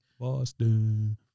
Boston